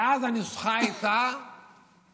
ואז הנוסחה הייתה